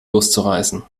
loszureißen